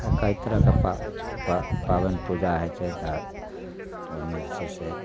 तऽ कए तरहके पा पा पाबनि पूजा होइ छै तऽ ओइमे जे छै से